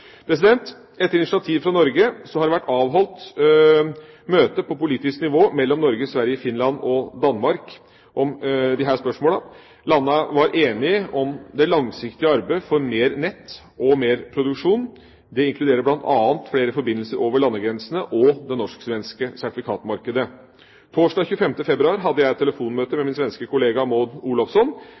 Etter initiativ fra Norge har det vært avholdt møter på politisk nivå mellom Norge, Sverige, Finland og Danmark om disse spørsmålene. Landene var enige om det langsiktige arbeidet for mer nett og mer produksjon. Det inkluderer bl.a. flere forbindelser over landegrensene og det norsk-svenske sertifikatmarkedet. Torsdag 25. februar hadde jeg et telefonmøte med min svenske kollega